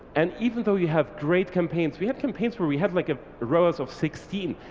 and even though you have great campaigns, we have campaigns where we have like ah roas of sixteen,